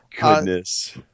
goodness